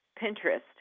Pinterest